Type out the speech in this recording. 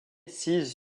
sise